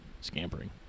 scampering